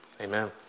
Amen